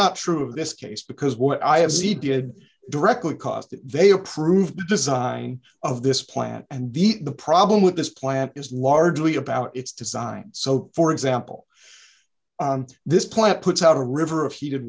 not true of this case because what i have see did directly cause that they approved design of this plant and b the problem with this plant is largely about its design so for example this plant puts out a river of heated